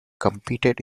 competed